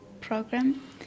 program